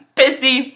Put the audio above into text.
busy